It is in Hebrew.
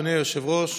אדוני היושב-ראש,